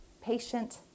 patient